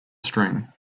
string